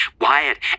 Wyatt